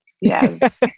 Yes